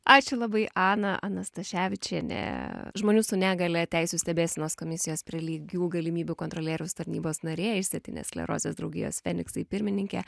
ačiū labai ana ana staševičienė žmonių su negalia teisių stebėsenos komisijos prie lygių galimybių kontrolieriaus tarnybos narė išsėtinės sklerozės draugijos feniksai pirmininkė